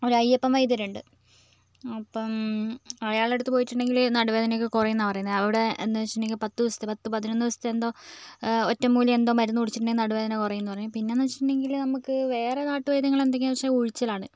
ഒരു അയ്യപ്പൻ വൈദ്യരുണ്ട് അപ്പം അയാളുടെയടുത്ത് പോയിട്ടുണ്ടെങ്കിൽ നടുവേദനയൊക്കെ കുറെയുമെന്നാണ് പറയുന്നത് അവിടെ എന്ന് വെച്ചിട്ടുണ്ടെങ്കിൽ അവിടെ പത്തുദിവസത്തെ പത്തുപതിനൊന്ന് ദിവസത്തെ എന്തോ ഒറ്റമൂലി എന്തോ മരുന്ന് കുടിച്ചിട്ടുണ്ടെങ്കിൽ നടുവേദന കുറയും എന്ന് പറയും പിന്നെയെന്ന് വെച്ചിട്ടുണ്ടെങ്കിൽ നമുക്ക് വേറെ നാട്ടുവൈദ്യങ്ങൾ എന്തൊക്കെയാണെന്ന് വെച്ചാൽ ഉഴിച്ചിലാണ്